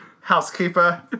housekeeper